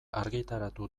argitaratu